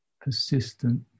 persistent